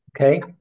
okay